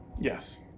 yes